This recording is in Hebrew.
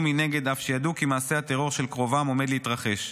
מנגד אף שידעו כי מעשה הטרור של קרובם עומד להתרחש.